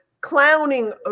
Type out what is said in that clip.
clowning